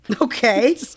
Okay